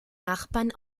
nachbarn